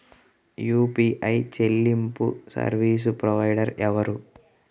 UPI చెల్లింపు service provider ఎవరు?